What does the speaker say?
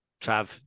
Trav